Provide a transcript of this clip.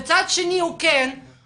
אבל מצד שני הוא כן עובד מדינה.